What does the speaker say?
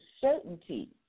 certainty